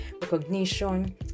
recognition